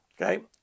Okay